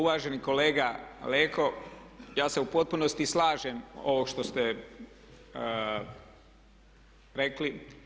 Uvaženi kolega Leko, ja se u potpunosti slažem ovo što ste rekli.